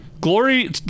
glory